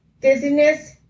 dizziness